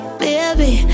baby